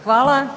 Hvala.